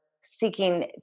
seeking